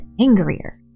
angrier